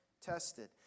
tested